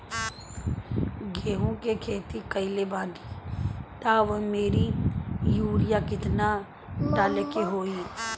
गेहूं के खेती कइले बानी त वो में युरिया केतना डाले के होई?